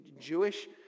Jewish